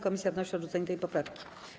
Komisja wnosi o odrzucenie tej poprawki.